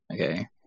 okay